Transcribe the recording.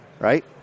Right